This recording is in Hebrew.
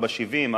4.70,